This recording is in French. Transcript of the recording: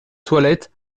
toilette